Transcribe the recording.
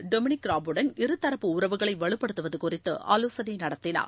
டொமிளிக் Raab புடன் இருதரப்பு உறவுகளை வலுப்படுத்துவது குறித்து ஆவோசனை நடத்தினார்